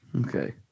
Okay